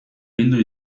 bildu